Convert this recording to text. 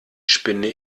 spinne